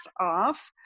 off